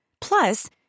Plus